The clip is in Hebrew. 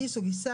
גיס או גיסה,